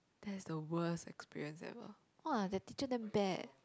that's the worst experience ever uh the teacher damn bad